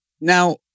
now